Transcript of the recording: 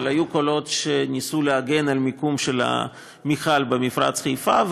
אבל היו קולות שניסו להגן על המיקום של המכל במפרץ חיפה,